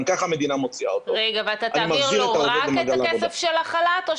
ככה המדינה מוציאה אותו אני מחזיר את העובד למעגל העבודה.